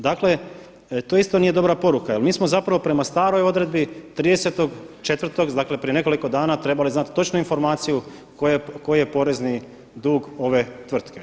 Dakle to isto nije dobra poruka jer mi smo zapravo prema staroj odredbi 30.4., dakle prije nekoliko dana trebali znati točno informaciju koji je porezni dug ove tvrtke.